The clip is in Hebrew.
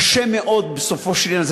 קשה מאוד בסופו של עניין.